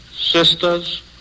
sisters